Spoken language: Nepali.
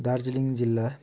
दार्जिलिङ जिल्ला